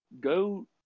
go